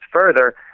further